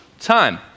time